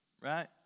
Right